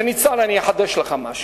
ניצן, אני אחדש לך משהו: